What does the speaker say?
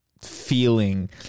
feeling